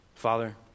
Father